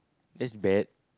that's bad